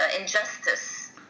injustice